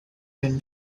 been